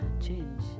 change